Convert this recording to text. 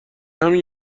همین